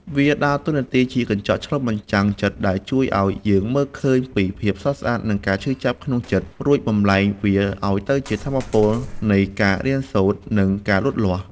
វាដើរតួនាទីជា កញ្ចក់ឆ្លុះបញ្ចាំងចិត្ត ដែលជួយឱ្យយើងមើលឃើញពីភាពស្រស់ស្អាត និងការឈឺចាប់ក្នុងចិត្ត រួចបំប្លែងវាឱ្យទៅជាថាមពលនៃការរៀនសូត្រ និងការលូតលាស់។